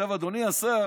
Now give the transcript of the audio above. עכשיו, אדוני השר,